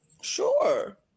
Sure